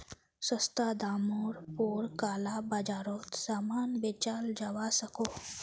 सस्ता डामर पोर काला बाजारोत सामान बेचाल जवा सकोह